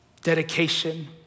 dedication